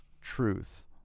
truth